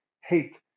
hate